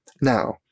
Now